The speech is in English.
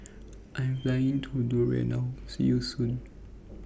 I Am Flying to Nauru now See YOU Soon